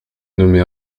nommé